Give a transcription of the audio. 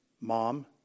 mom